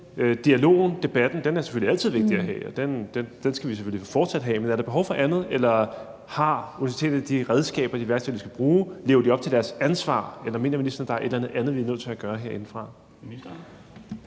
Dialogen, debatten er selvfølgelig altid vigtig at have, og den skal vi selvfølgelig fortsat have, men er der behov for andet, eller har universiteterne de redskaber, de værktøjer, de skal bruge? Lever de op til deres ansvar, eller mener ministeren, der er et eller andet andet, vi er nødt til at gøre herindefra?